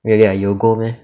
really ah you will go meh